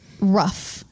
rough